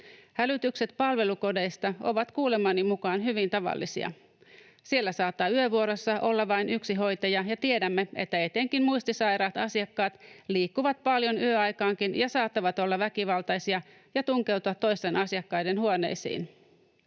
Hälytykset palvelukodeista ovat kuulemani mukaan hyvin tavallisia. Siellä saattaa yövuorossa olla vain yksi hoitaja, ja tiedämme, että etenkin muistisairaat asiakkaat liikkuvat paljon yöaikaankin ja saattavat olla väkivaltaisia ja tunkeutua toisten asiakkaiden huoneisiin.